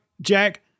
Jack